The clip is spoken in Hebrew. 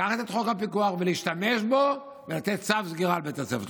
לקחת את חוק הפיקוח ולהשתמש בו ולתת צו סגירה לבית הספר.